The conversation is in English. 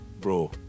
Bro